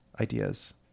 ideas